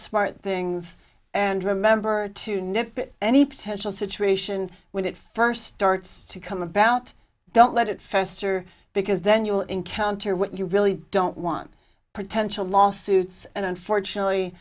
smart things and remember to nip any potential situation when it first starts to come about don't let it fester because then you'll encounter what you really don't want potential lawsuits and unfortunately